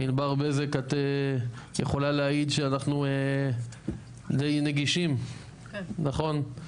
ענבר בזק את יכולה להעיד שאנחנו די נגישים, נכון?